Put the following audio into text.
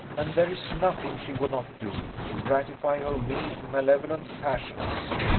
and there is nothing she would not do to gratify her mean, malevolent passions.